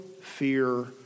fear